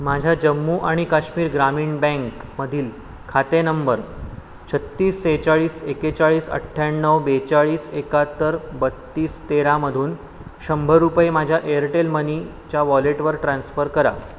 माझ्या जम्मू आणि काश्मीर ग्रामीण बँक मधील खाते नंबर छत्तीस सेहेचाळीस एकेचाळीस अठ्ठ्याण्णव बेचाळीस एकाहत्तर बत्तीस तेरामधून शंभर रुपये माझ्या एअरटेल मनी च्या वॉलेटवर ट्रान्स्फर करा